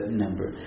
number